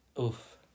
oof